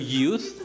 youth